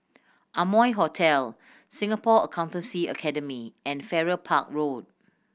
Amoy Hotel Singapore Accountancy Academy and Farrer Park Road